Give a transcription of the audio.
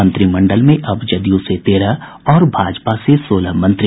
मंत्रिमंडल में अब जदयू से तेरह और भाजपा से सोलह मंत्री